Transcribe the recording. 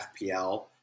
FPL